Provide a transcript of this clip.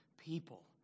people